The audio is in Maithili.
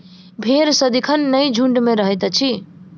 भेंड़ सदिखन नै झुंड मे रहैत अछि